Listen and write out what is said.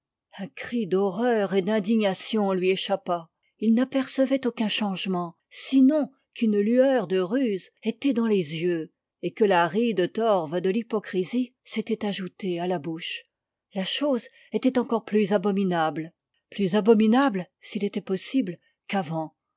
un cri d'horreur et d'indignation lui échappa il n'apercevait aucun changement sinon qu'une lueur de ruse était dans les yeux et que la ride torve de l'hypocrisie s'était ajoutée à la bouche ua chose était encore plus abominable plus abominable s'il était possible qu'avant